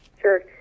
Sure